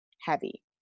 heavy